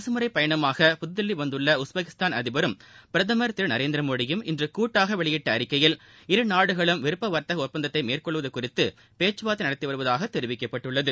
அரசுமுறை பயணமாக புதுதில்லி வந்துள்ள உஸ்பெகிஸ்தான் அதிபரும் பிரதமா் திரு நரேந்திரமோடியும் இன்று கூட்டாக வெளியிட்ட அறிக்கையில் இரு நாடுகளும் விருப்ப வாத்தக ஒப்பந்தத்தை மேற்கொள்வது குறித்து பேச்சுவாா்த்தை நடத்தி வருவதாக தெரிவிக்கப்பட்டுள்ளது